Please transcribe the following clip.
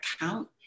account